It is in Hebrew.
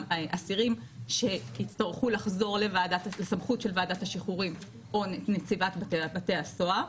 אסירים שיצטרכו לחזור לסמכות של ועדת השחרורים או נציבת בתי הסוהר.